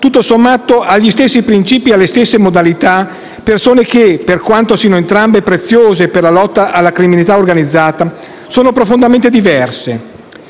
tutto sommato agli stessi principi e alle stesse modalità, persone che, per quanto siano entrambe preziose per la lotta alla criminalità organizzata, sono profondamente diverse.